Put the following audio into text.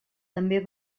també